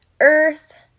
earth